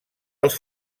els